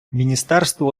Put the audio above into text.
міністерство